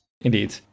Indeed